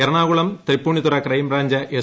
Ernakulam Tripunithura crime branch S